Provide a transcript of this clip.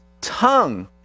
Tongue